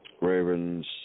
Ravens